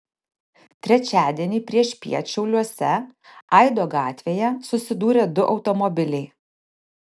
trečiadienį priešpiet šiauliuose aido gatvėje susidūrė du automobiliai